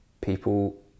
people